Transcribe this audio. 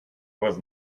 was